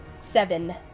Seven